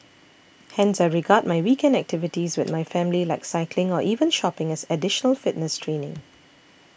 hence I regard my weekend activities with my family like cycling or even shopping as additional fitness training